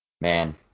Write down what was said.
man